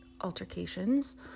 altercations